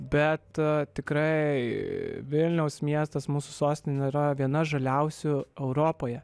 bet tikrai vilniaus miestas mūsų sostinė yra viena žaliausių europoje